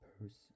person